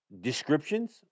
descriptions